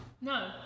No